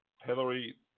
Hillary